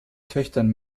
töchtern